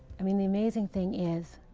i mean, the amazing thing is,